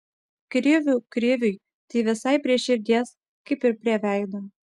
krivių kriviui tai visai prie širdies kaip ir prie veido